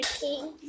King